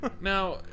Now